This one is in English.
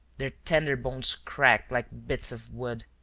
their tender bones cracked like bits of wood.